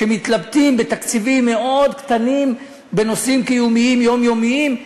שמתלבטים בתקציבים מאוד קטנים בנושאים קיומיים יומיומיים,